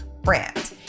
brand